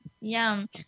Yum